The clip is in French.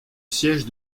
siège